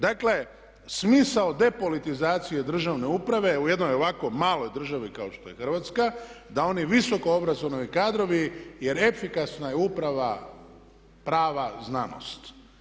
Dakle smisao depolitizacije državne uprave u jednoj ovakvoj maloj državi kao što je Hrvatska da oni visokoobrazovni kadrovi, jer efikasna je uprava prava znanost.